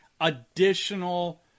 additional